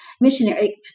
missionary